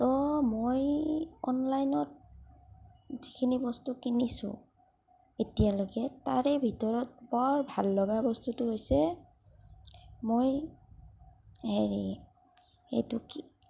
ত' মই অনলাইনত যিখিনি বস্তু কিনিছো এতিয়ালকে তাৰে ভিতৰত বৰ ভাল লগা বস্তুটো হৈছে মই হেৰি এইটো কি